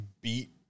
beat